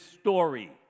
story